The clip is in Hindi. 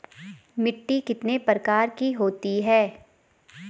मिट्टी कितने प्रकार की होती है?